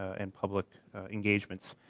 and public engagements.